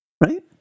Right